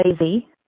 lazy